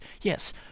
Yes